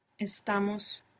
Estamos